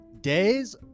days